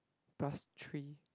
plus three